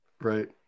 Right